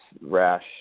rash